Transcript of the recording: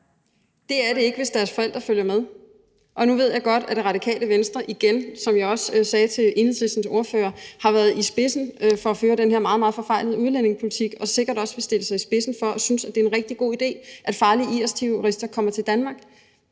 Det er det ikke, hvis deres forældre følger med. Nu ved jeg godt, at Det Radikale Venstre ligesom Enhedslisten – som jeg også sagde til Enhedslistens ordfører – har stået i spidsen for at føre den her meget, meget forfejlede udlændingepolitik og sikkert også vil stille sig i spidsen for det synspunkt, at det er en rigtig god idé, at farlige IS-terrorister kommer til Danmark.